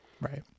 Right